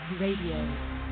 Radio